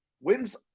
wins